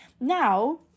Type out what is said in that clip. Now